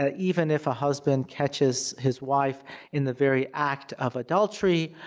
ah even if a husband catches his wife in the very act of adultery,